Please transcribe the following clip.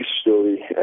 story